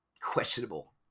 questionable